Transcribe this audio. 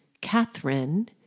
Catherine